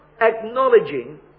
acknowledging